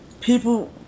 people